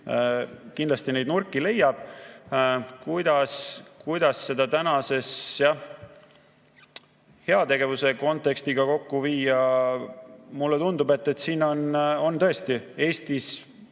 Kindlasti neid nurki leiab. Kuidas seda heategevuse kontekstiga kokku viia? Mulle tundub, et siin on tõesti Eestis